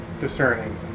discerning